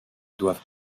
doivent